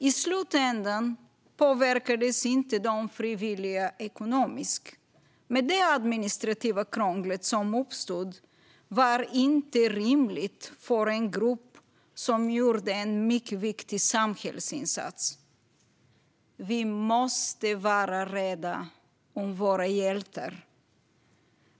I slutändan påverkades inte de frivilliga ekonomiskt, men det administrativa krångel som uppstod var inte rimligt för en grupp som gjorde en mycket viktig samhällsinsats. Vi måste vara rädda om våra hjältar.